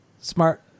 Smart